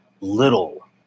little